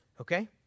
Okay